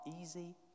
easy